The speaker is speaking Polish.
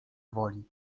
woli